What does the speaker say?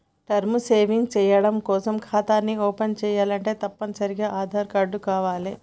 term savings చెయ్యడం కోసం ఖాతాని ఓపెన్ చేయాలంటే తప్పనిసరిగా ఆదార్ కార్డు కావాలే